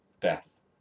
Death